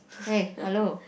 hey hello